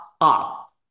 up